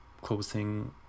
closing